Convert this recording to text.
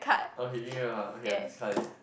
okay you knew ah okay I discard it